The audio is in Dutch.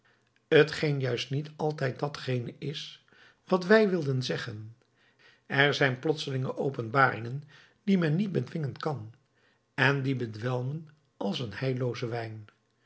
t geen juist niet altijd datgene is wat wij wilden zeggen er zijn plotselinge openbaringen die men niet bedwingen kan en die bedwelmen als een heillooze wijn